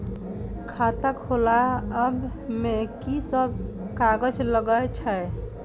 खाता खोलाअब में की सब कागज लगे छै?